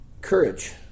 courage